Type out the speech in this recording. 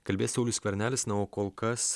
kalbės saulius skvernelis na o kol kas